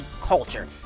culture